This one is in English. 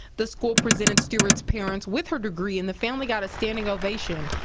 the school presented stewart's parents with her degree and the family got a standing ovation.